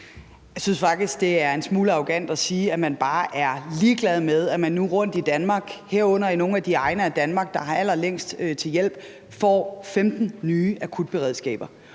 Jeg synes faktisk, at det er en smule arrogant at sige, at man bare er ligeglad med, at der nu rundt i Danmark, herunder i nogle af de egne af Danmark, hvor der er allerlængst til hjælp, kommer 15 nye akutberedskaber,